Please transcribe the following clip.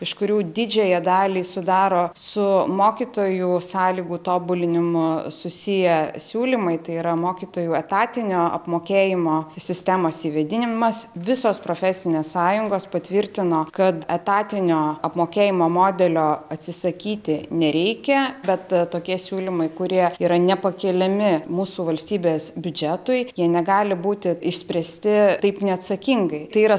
iš kurių didžiąją dalį sudaro su mokytojų sąlygų tobulinimu susiję siūlymai tai yra mokytojų etatinio apmokėjimo sistemos įvedimas visos profesinės sąjungos patvirtino kad etatinio apmokėjimo modelio atsisakyti nereikia bet tokie siūlymai kurie yra nepakeliami mūsų valstybės biudžetui jie negali būti išspręsti taip neatsakingai tai yra